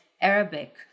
Arabic